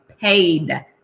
paid